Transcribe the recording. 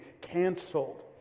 canceled